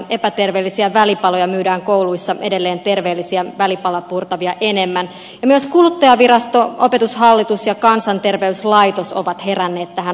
epäterveellisiä välipaloja myydään kouluissa edelleen terveellisiä välipalapurtavia enemmän ja myös kuluttajavirasto opetushallitus ja kansanterveyslaitos ovat heränneet tähän asiaan